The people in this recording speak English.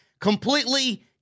Completely